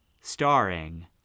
starring